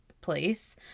place